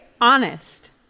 honest